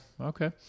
okay